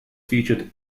featured